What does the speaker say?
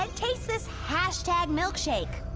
and taste this hashtag-milkshake!